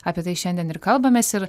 apie tai šiandien ir kalbamės ir